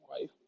wife